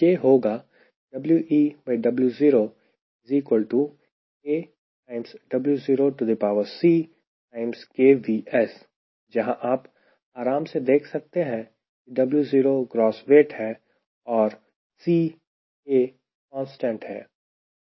यह होगा जहां आप आराम से देख सकते हैं कि W0 ग्रॉस वेट है आर C A कांस्टेंट है